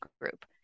group